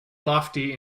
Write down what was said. lofty